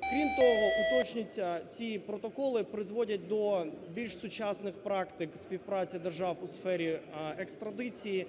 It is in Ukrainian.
Крім того уточнюється, ці протоколи призводять до більш сучасних практик співпраці держав у сфері екстрадиції,